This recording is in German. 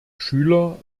schüler